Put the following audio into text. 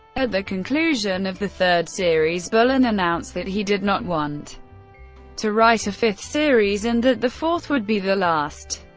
at the conclusion of the third series, bullen announced that he did not want to write a fifth series, and that the fourth would be the last.